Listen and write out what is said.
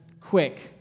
quick